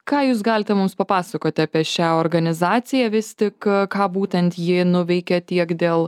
ką jūs galite mums papasakoti apie šią organizaciją vis tik ką būtent ji nuveikė tiek dėl